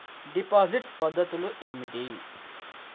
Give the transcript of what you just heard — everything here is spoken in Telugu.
డిపాజిట్ పద్ధతులు ఏమిటి?